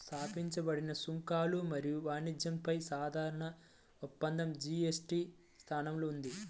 స్థాపించబడిన సుంకాలు మరియు వాణిజ్యంపై సాధారణ ఒప్పందం జి.ఎ.టి.టి స్థానంలో ఉంది